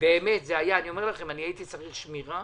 אני אומר לכם, אני הייתי צריך שמירה.